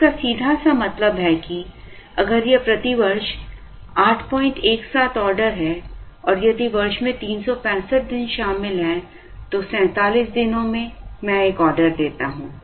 इसका सीधा सा मतलब है कि अगर यह प्रति वर्ष 817 ऑर्डर है और यदि वर्ष में 365 शामिल हैं तो 47 दिनों में मैं एक ऑर्डर देता हूं